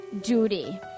duty